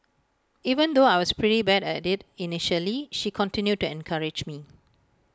even though I was pretty bad at IT initially she continued to encourage me